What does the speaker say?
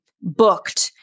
booked